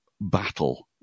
battle